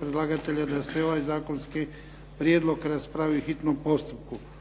predlagatelja da se ovaj zakonski prijedlog raspravi u hitnom postupku.